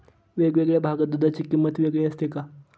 वेगवेगळ्या भागात दूधाची किंमत वेगळी असते का?